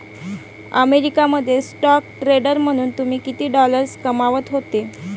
America मध्ये stock trader म्हणून तुम्ही किती डॉलर्स कमावत होते